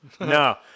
No